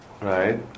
Right